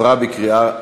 (משלוח התראת תשלום לצרכן),